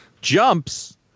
Jumps